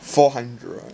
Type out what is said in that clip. four hundred